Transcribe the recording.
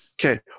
Okay